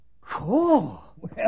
Cool